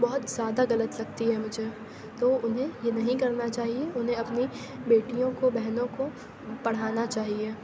بہت زیادہ غلط لگتی ہے مجھے تو انہیں یہ نہیں کرنا چاہیے انہیں اپنی بیٹیوں کو بہنوں کو پڑھانا چاہیے